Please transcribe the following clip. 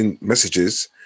messages